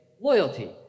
loyalty